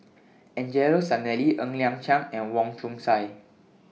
Angelo Sanelli Ng Liang Chiang and Wong Chong Sai